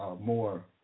more